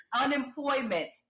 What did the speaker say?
unemployment